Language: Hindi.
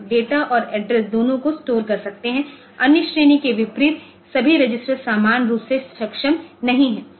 डेटा और एड्रेस दोनों को स्टोर कर सकते हैं अन्य श्रेणी के विपरीत सभी रजिस्टर समान रूप से सक्षम नहीं हैं